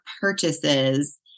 purchases